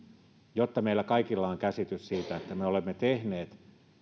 jotta meillä kaikilla on käsitys siitä että me olemme tehneet